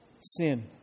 sin